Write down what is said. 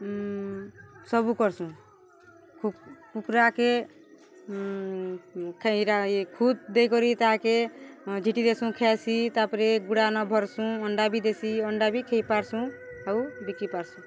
ସବୁ କର୍ସୁଁ କୁକ୍ରାକେ ଇଟା ଖୁଦ୍ ଦେଇକରି ତାହାକେ ଝିଟି ଦେସୁଁ ଖାଏସି ତା'ପରେ ଗୁଡ଼ାନ ଭର୍ସୁଁ ଅଣ୍ଡା ବି ଦେସି ଅଣ୍ଡା ବି ଖାଇ ପାର୍ସୁଁ ଆଉ ବିକି ପାର୍ସୁଁ